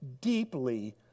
deeply